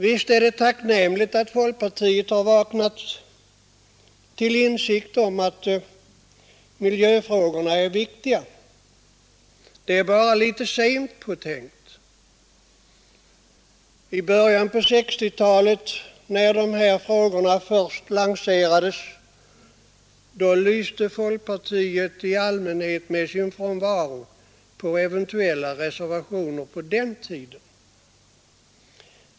Visst är det tacknämligt att folkpartiet har vaknat till insikt om att miljöfrågorna är viktiga. Det är bara litet sent påtänkt. När de här frågorna i början på 1960-talet först lanserades, lyste folkpartiet i allmänhet med sin frånvaro i eventuella reservationer.